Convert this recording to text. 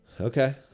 Okay